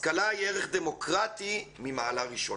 השכלה היא ערך דמוקרטי ממעלה ראשונה.